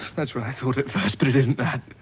that's what i thought at first, but it isn't that.